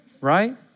Right